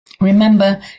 Remember